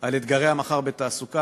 על אתגרי המחר בתעסוקה,